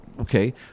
okay